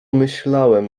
myślałem